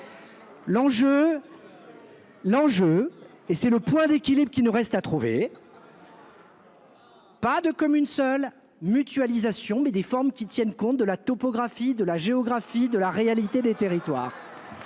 L'enjeu et c'est le point d'équilibre qui ne reste à trouver. Pas de comme seule mutualisation mais des formes qui tiennent compte de la topographie de la géographie de la réalité des territoires.